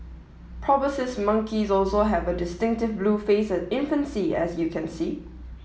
proboscis monkeys also have a distinctive blue face at infancy as you can see